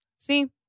See